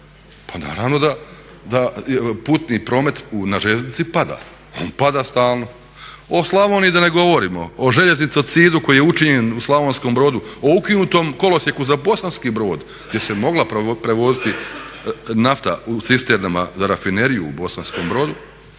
pa naravno da putni promet na željeznici pada. On pada stalno. O Slavoniji da ne govorimo, o željeznicocidu koji je učinjen u Slavonskom Brodu, o ukinutom kolosijeku za Bosanski Brod gdje se mogla prevoziti nafta u cisternama za Rafineriju u Bosanskom Brodu,